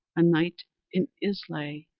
a night in islay,